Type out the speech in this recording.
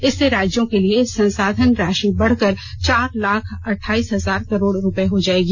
इससे राज्यों के लिए संसाधन राशि बढकर चार लाख अट्ठाईस हजार करोड रुपये हो जाएगी